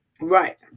Right